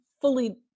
fully